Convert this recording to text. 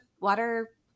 Water –